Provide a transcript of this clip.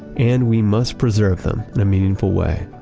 and we must preserve them in a meaningful way.